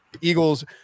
Eagles